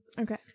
Okay